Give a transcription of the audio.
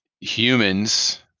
humans